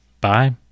Bye